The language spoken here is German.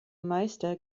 meister